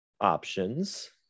options